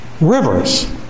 Rivers